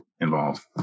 involved